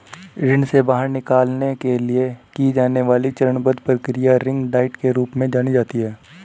ऋण से बाहर निकलने के लिए की जाने वाली चरणबद्ध प्रक्रिया रिंग डाइट के रूप में जानी जाती है